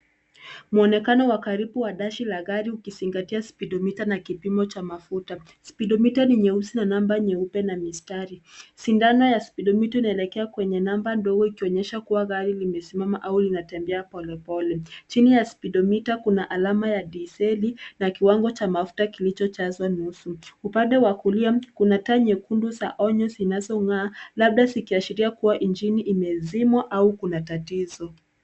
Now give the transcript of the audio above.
Mwonekano wa karibu wa dashi ya gari ikionyesha speedometer na kipimo cha mafuta. Speedometer ni nyeusi na namba nyeupe na mistari. Sindano ya speedometer inaelekea kwenye namba ndogo ikionyesha kuwa gari limesimama au linatembea polepole. Chini ya speedometer kuna alama ya diseli na kiwango cha mafuta kilichojazwa nusu. Upande wa kulia kuna taa nyekundu za onyoo zinazong'aa labda zikiashiria kuwa injini imezimwa au kuna tatizo.